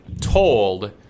told